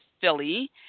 Philly